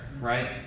right